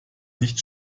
nicht